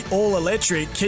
all-electric